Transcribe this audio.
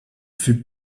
fut